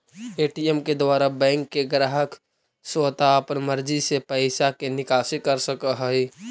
ATM के द्वारा bank के ग्राहक स्वता अपन मर्जी से पैइसा के निकासी कर सकऽ हइ